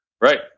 Right